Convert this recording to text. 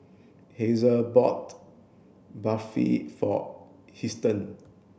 Hazel bought Barfi for Huston